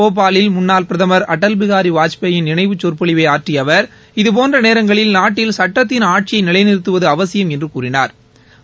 போபாலில் முன்னாள் பிரதமர் அடல் பிகாரி வாஜ்பாயின் நினைவு சொற்பொழிவு ஆற்றிய அவர் இதுபோன்ற நேரங்களில் நாட்டில் சட்டத்தின் ஆட்சியை நிலைநிறுத்துவது அவசியம் என்று கூறினாா்